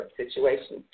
situation